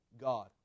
God